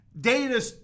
data